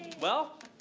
well,